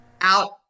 Out